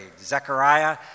Zechariah